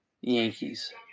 Yankees